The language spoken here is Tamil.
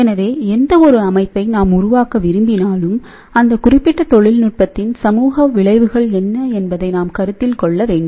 எனவே எந்தவொரு அமைப்பை நாம் உருவாக்க விரும்பினாலும் அந்த குறிப்பிட்ட தொழில்நுட்பத்தின் சமூக விளைவுகள் என்ன என்பதை நாம் கருத்தில் கொள்ள வேண்டும்